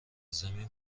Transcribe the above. زمین